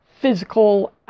physical